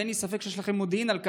ואין לי ספק שיש לכם מודיעין על כך,